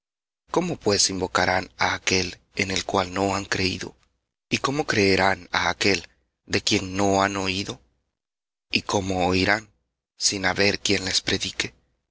cómo pues invocarán á aquel en el cual no han creído y cómo creerán á aquel de quien no han oído y cómo oirán sin quien predique